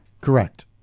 Correct